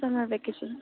summer vacation